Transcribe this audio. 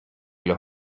los